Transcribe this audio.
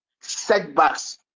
setbacks